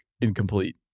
incomplete